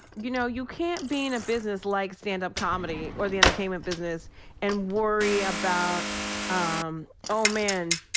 you know, you can't be in a business like stand up comedy or the entertainment business and worry about um oh man